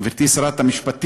גברתי שר המשפטים.